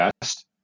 best